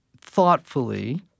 thoughtfully